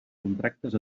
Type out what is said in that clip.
contractes